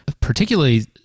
particularly